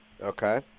Okay